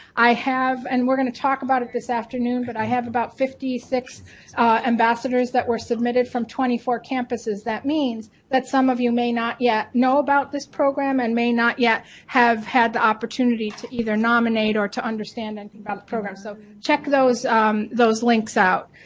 i have, and we're gonna talk about it this afternoon, but i have about fifty six ambassadors that were submitted from twenty four campuses, that means that some of you may not yet know about this program and may not yet have had the opportunity to either nominate or to understand and program, so check those those links out.